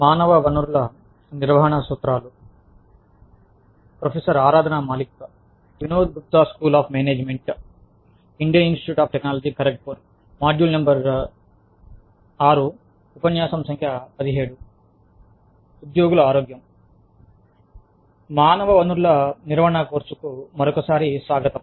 మానవ వనరుల నిర్వహణ కోర్సుకు మరొకసారి స్వాగతం